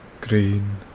green